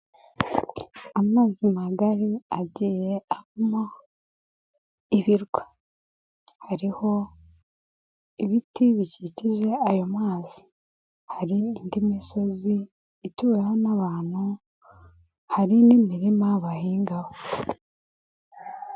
Amazi magari agiyemo ibirwa, hariho ibiti bikikije ayo mazi, hari indi misozi ituweho n'abantu hari n'imirima bahingaho.